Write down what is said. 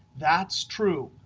that's true.